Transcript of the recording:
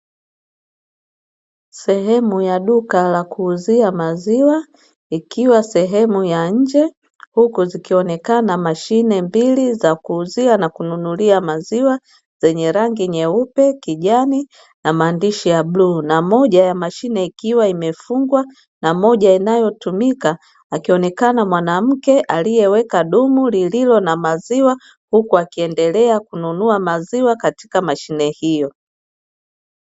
Sehemu ya duka la kuuzia maziwa ikiwa sehemu ya nje huku zikionekana mashine mbili za kuuzia na kununulia maziwa zenye rangi nyeupe, kijani na maandishi ya bluu na moja ya mashine ikiwa imefungwa na moja inayotumika, akionekana mwanamke aliyeweka dumu lililo ja maziwa huku akiendelea kununua maziwa katika mashine hiyo.